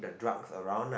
the drugs around ah